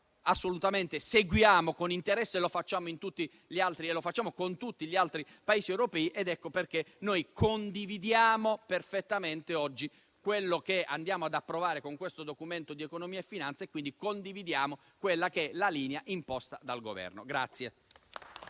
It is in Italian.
guardiamo e seguiamo con interesse, insieme a tutti gli altri Paesi europei. Ecco perché noi condividiamo perfettamente oggi quello che andiamo ad approvare con questo Documento di economia e finanza e quindi condividiamo la linea imposta dal Governo.